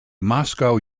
moscow